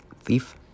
thief